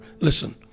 Listen